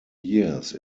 years